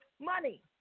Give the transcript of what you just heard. money